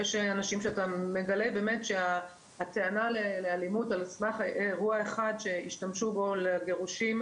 יש אנשים שמגלים שהטענה לאלימות על סמך אירוע אחד שהשתמשו בו לגירושים,